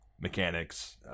mechanics